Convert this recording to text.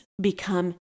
become